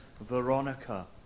Veronica